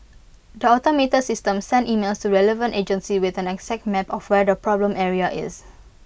the automated system sends emails relevant agencies with an exact map of where the problem area is